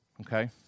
okay